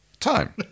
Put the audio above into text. time